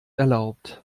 erlaubt